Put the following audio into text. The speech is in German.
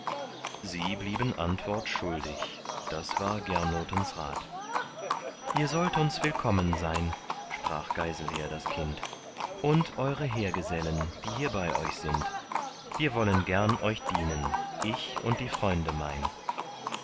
sie blieben antwort schuldig das war gernotens rat ihr sollt uns willkommen sein sprach geiselher das kind und eure heergesellen die hier bei euch sind wir wollen gern euch dienen ich und die freunde mein